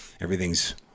everything's